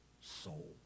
soul